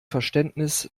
verständnis